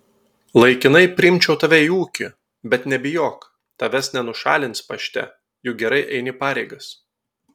laikinai priimčiau tave į ūkį bet nebijok tavęs nenušalins pašte juk gerai eini pareigas